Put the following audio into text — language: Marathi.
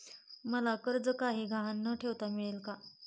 मला कर्ज काही गहाण न ठेवता मिळेल काय?